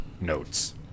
notes